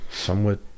somewhat